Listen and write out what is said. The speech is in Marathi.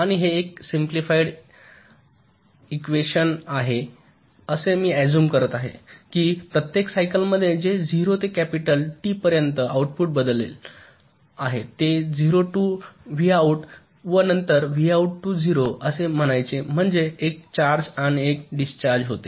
आणि हे एक सिम्पलीफाईड इकवेशन आहे असे मी आझुम करत आहे की प्रत्येक सायकल मध्ये जे 0 ते कॅपिटल टी पर्यंत आउटपुट बदलले आहे ते 0 टू व्हॉउट व नंतर व्हॉउट टू 0 असे म्हणायचे म्हणजे एक चार्ज आणि डिस्चार्ज होते